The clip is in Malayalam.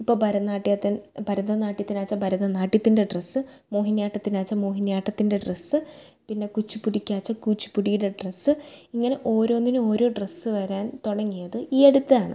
ഇപ്പോൾ ഭരനാട്ട്യത്തിൽ ഭരതനാട്ട്യത്തിനാച്ച ഭരതനാട്ട്യത്തിൻ്റെ ഡ്രെസ്സ് മോഹിനിയാട്ടത്തിനാച്ച മോഹനിയാട്ടത്തിൻ്റെ ഡ്രെസ്സ് പിന്നെ കുച്ചിപ്പുടിക്കാച്ച കുച്ചിപ്പുടീടെ ഡ്രെസ്സ് ഇങ്ങനെ ഓരോന്നിനും ഓരോ ഡ്രെസ്സ് വരാൻ തുടങ്ങീത് ഈ അടുത്താണ്